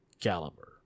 Caliber